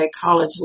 college